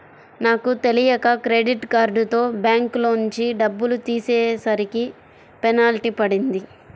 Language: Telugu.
నాకు తెలియక క్రెడిట్ కార్డుతో బ్యాంకులోంచి డబ్బులు తీసేసరికి పెనాల్టీ పడింది